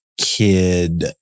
Kid